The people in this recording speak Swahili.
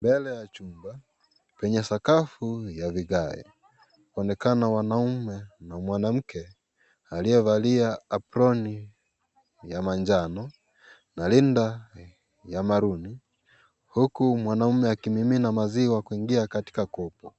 Mbele ya penye sakafu ya vigae inaonekana mwanaume na mwanamke aliyevalia aproni ya manjano na rinda ya maruni. Huku mwanaume akimimina maziwa kuingia katika kopo.